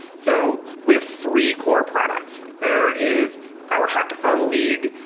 so we have three core products. there is our hackathon league,